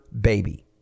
baby